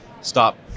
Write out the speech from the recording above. stop